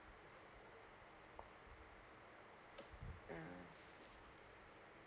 mm